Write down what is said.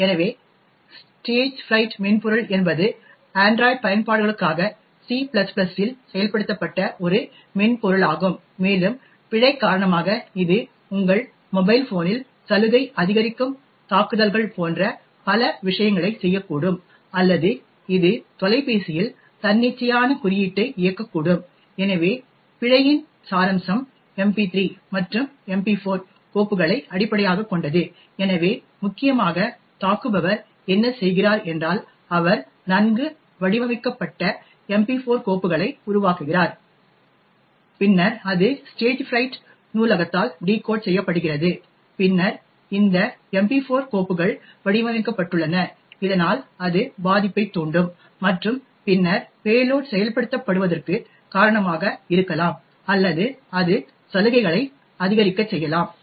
எனவே ஸ்டேஜ்ஃப்ரைட் மென்பொருள் என்பது அண்ட்ராய்டு பயன்பாடுகளுக்காக சி C இல் செயல்படுத்தப்பட்ட ஒரு மென்பொருளாகும் மேலும் பிழை காரணமாக இது உங்கள் மொபைல் ஃபோனில் சலுகை அதிகரிக்கும் தாக்குதல்கள் போன்ற பல விஷயங்களைச் செய்யக்கூடும் அல்லது இது தொலைபேசியில் தன்னிச்சையான குறியீட்டை இயக்கக்கூடும் எனவே பிழையின் சாராம்சம் எம்பி3 மற்றும் எம்பி4 கோப்புகளை அடிப்படையாகக் கொண்டது எனவே முக்கியமாக தாக்குபவர் என்ன செய்கிறார் என்றால் அவர் நன்கு வடிவமைக்கப்பட்ட எம்பி4 கோப்புகளை உருவாக்குகிறார் பின்னர் அது ஸ்டேஜ்ஃபிரைட் நூலகத்தால் டிகோட் செய்யப்படுகிறது பின்னர் இந்த எம்பி4 கோப்புகள் வடிவமைக்கப்பட்டுள்ளன இதனால் அது பாதிப்பைத் தூண்டும் மற்றும் பின்னர் பேலோட் செயல்படுத்தப்படுவதற்கு காரணமாக இருக்கலாம் அல்லது அது சலுகைகளை அதிகரிக்கச் செய்யலாம்